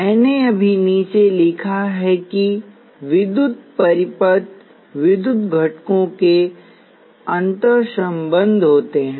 मैंने अभी नीचे लिखा है कि विद्युत परिपथ विद्युत घटकों के अंतर्संबंध होते हैं